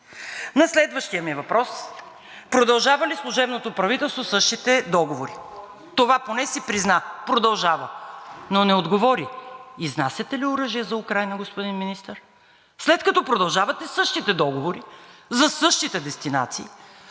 На следващия ми въпрос: продължава ли служебното правителство същите договори? Това поне си призна – продължава, но не отговори. Изнасяте ли оръжие за Украйна, господин Министър? След като продължавате същите договори за същите дестинации!